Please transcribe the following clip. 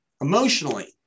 emotionally